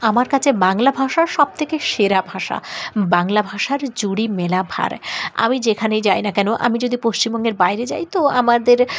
আমার কাছে বাংলা ভাষার সবথেকে সেরা ভাষা বাংলা ভাষার জুড়ি মেলা ভার আমি যেখানেই যাই না কেন আমি যদি পশ্চিমবঙ্গের বাইরে যাই তো আমাদের